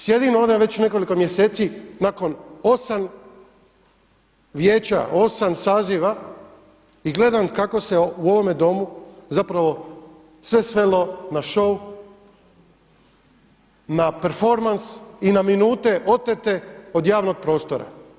Sjedim ovdje već nekoliko mjeseci nakon osam vijeća, osam saziva i gledam kako se u ovome Domu sve svelo na šou, na performans i na minute otete od javnog prostora.